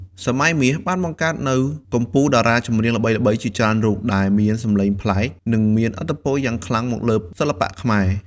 សម័យមាសបានបង្កើតនូវកំពូលតារាចម្រៀងល្បីៗជាច្រើនរូប ដែលមានសំឡេងប្លែក និងមានឥទ្ធិពលយ៉ាងខ្លាំងមកលើសិល្បៈខ្មែរ។